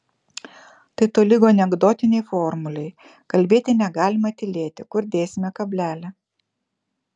tai tolygu anekdotinei formulei kalbėti negalima tylėti kur dėsime kablelį